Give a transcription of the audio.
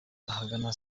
ahagana